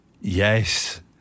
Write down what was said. Yes